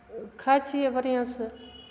खाइ छियै बढ़िआँसँ